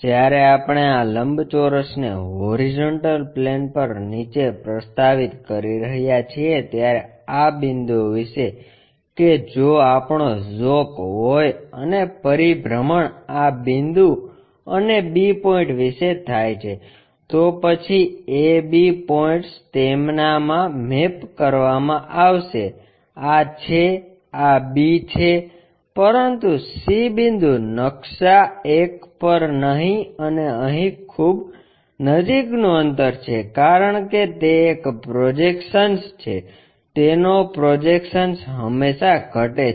જ્યારે આપણે આ લંબચોરસને હોરીઝોન્ટલ પ્લેન પર નીચે પ્રસ્તાવિત કરી રહ્યા છીએ ત્યારે આ બિંદુઓ વિશે કે જો આપણો ઝોક હોય અને પરિભ્રમણ આ બિંદુ અને બી પોઇન્ટ વિશે થાય છે તો પછી એબી પોઇન્ટ્સ તેમનામાં મેપ કરવામાં આવશે આ છે આ બી છે પરંતુ સી બિંદુ નકશા એક પર અહીં અને અહીં ખૂબ નજીકનું અંતર છે કારણ કે તે એક પ્રોજેક્શન્સ છે તેનો પ્રોજેક્શન્સ હંમેશાં ઘટે છે